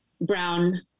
brown